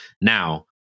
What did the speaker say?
Now